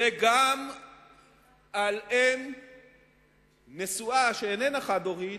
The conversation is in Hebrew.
וגם על אם נשואה שאיננה חד-הורית,